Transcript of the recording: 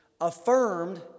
affirmed